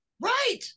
Right